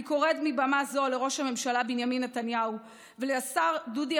אני קוראת מבמה זאת לראש הממשלה בנימין נתניהו ולשר דודי